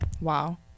wow